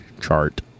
chart